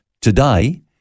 today